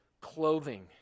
clothing